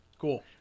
Cool